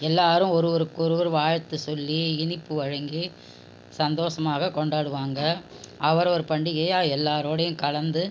எல்லாரும் ஒருவருக்கொருவர் வாழ்த்து சொல்லி இனிப்பு வழங்கி சந்தோசமாக கொண்டாடுவாங்க அவரவர் பண்டிகையை எல்லாரோடையும் கலந்து